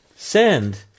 Send